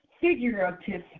figurative